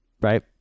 Right